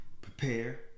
Prepare